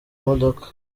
modoka